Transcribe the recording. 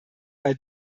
bei